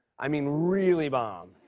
i mean really bomb,